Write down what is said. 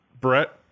Brett